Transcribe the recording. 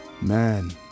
man